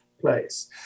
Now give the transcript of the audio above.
place